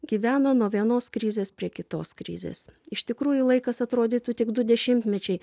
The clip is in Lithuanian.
gyveno nuo vienos krizės prie kitos krizės iš tikrųjų laikas atrodytų tik du dešimtmečiai